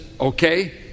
okay